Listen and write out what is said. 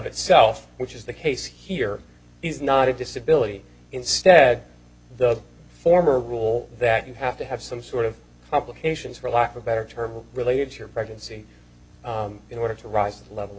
itself which is the case here is not a disability instead the former rule that you have to have some sort of complications for lack of better term related to your pregnancy in order to rise to the level of